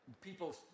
People